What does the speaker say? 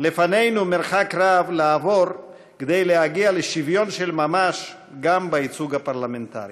לפנינו מרחק רב לעבור כדי להגיע לשוויון של ממש גם בייצוג הפרלמנטרי.